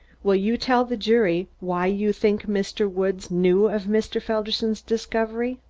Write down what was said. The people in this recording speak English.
will you tell the jury why you think mr. woods knew of mr. felderson's discovery?